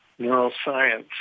neuroscience